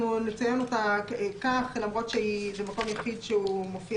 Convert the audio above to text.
אנחנו נציין אותה כך למרות שזה מקום יחיד שמופיע